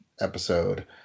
episode